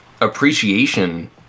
appreciation